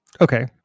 Okay